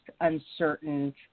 uncertain